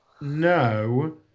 No